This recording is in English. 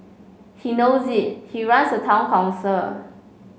he knows he runs a town council